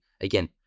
again